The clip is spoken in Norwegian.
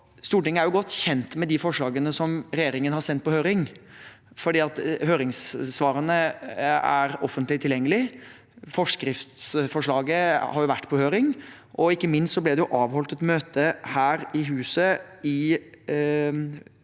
Stortinget er godt kjent med de forslagene som regjeringen har sendt på høring, for høringssvarene er offentlig tilgjengelige. Forskriftsforslaget har vært på høring, og ikke minst ble det avholdt et møte her i huset i